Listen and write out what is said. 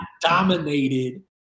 dominated